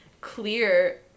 clear